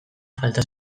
falta